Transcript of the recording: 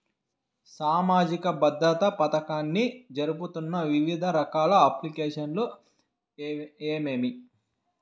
సామాజిక భద్రత పథకాన్ని జరుపుతున్న వివిధ రకాల అప్లికేషన్లు ఏమేమి?